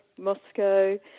Moscow